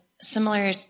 similar